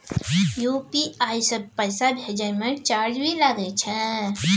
UPI से पैसा भेजै म चार्ज भी लागे छै?